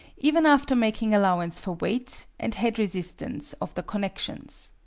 even after making allowance for weight and head resistance of the connections.